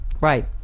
right